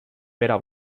pere